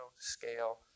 scale